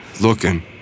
Looking